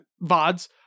vods